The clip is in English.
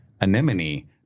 anemone